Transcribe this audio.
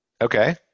okay